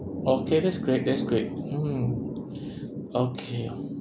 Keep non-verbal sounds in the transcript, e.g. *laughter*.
okay that's great that's great mm *breath* okay